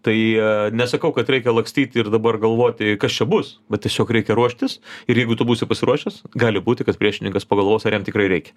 tai nesakau kad reikia lakstyt ir dabar galvoti kas čia bus bet tiesiog reikia ruoštis ir jeigu tu būsi pasiruošęs gali būti kad priešininkas pagalvos ar jam tikrai reikia